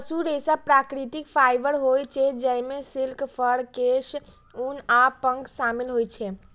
पशु रेशा प्राकृतिक फाइबर होइ छै, जइमे सिल्क, फर, केश, ऊन आ पंख शामिल होइ छै